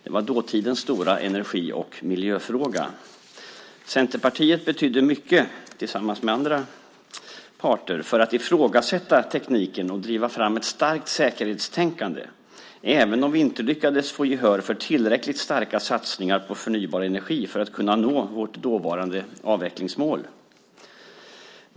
Det var dåtidens stora energi och miljöfråga. Centerpartiet betydde mycket, tillsammans med andra parter, för att ifrågasätta tekniken och driva fram ett starkt säkerhetstänkande, även om vi inte lyckades få gehör för tillräckligt starka satsningar på förnybar energi för att kunna nå vårt dåvarande avvecklingsmål.